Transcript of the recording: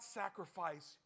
sacrifice